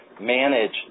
manage